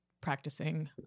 practicing